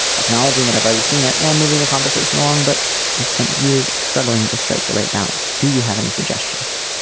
acknowledging that i've already seen it and moving the conversation along. but i've spent years struggling to strike the right balance. do you have any suggestions.